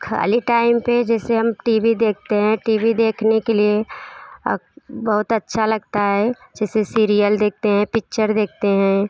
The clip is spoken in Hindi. खाली टैम पर जेसे हम टी वी देखते हैं टी वी देखने के लिए बहुत अच्छा लगता है जेसे सीरियल देखते हैं पिक्चर देखते हैं